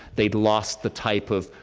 they'd lost the type of